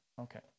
Okay